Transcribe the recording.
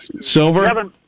Silver